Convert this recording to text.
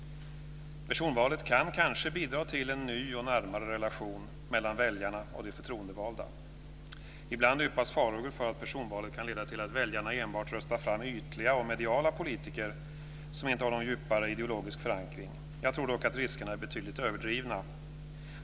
Personvalet kan kanske bidra till en ny och närmare relation mellan väljarna och de förtroendevalda. Ibland yppas farhågor för att personvalet kan leda till att väljarna enbart röstar fram ytliga och mediala politiker som inte har någon djupare ideologisk förankring. Jag tror dock att riskerna är betydligt överdrivna.